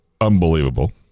unbelievable